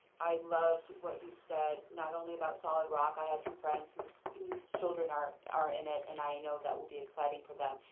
i loved what you said, not only about solid rock i have two friends whose whose children are are in it. and i know that will be exciting for them.